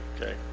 okay